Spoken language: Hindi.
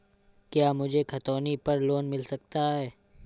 क्या मुझे खतौनी पर लोन मिल सकता है?